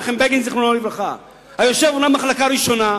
הוא היה יושב אומנם במחלקה ראשונה,